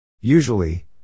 Usually